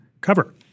cover